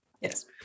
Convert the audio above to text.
Yes